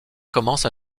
commence